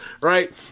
right